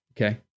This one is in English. Okay